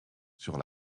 sur